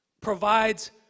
provides